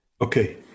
okay